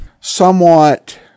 somewhat